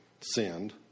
sinned